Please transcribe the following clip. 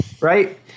right